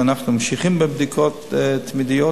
ואנחנו ממשיכים בבדיקות תמידיות,